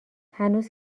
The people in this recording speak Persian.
هنوز